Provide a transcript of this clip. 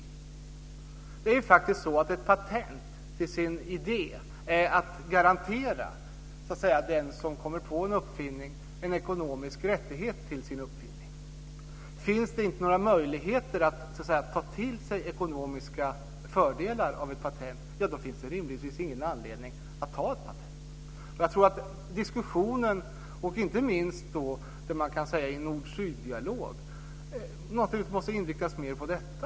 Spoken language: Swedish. Idén med ett patent är att garantera den som kommer på en uppfinning en ekonomisk rättighet till sin uppfinning. Finns det inte några möjligheter att ta till sig ekonomiska fördelar av ett patent så finns det rimligtvis ingen anledning att ta ett patent. Jag tror att diskussionen - och då inte minst nord-syd-dialogen - måste inriktas mer på detta.